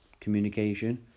communication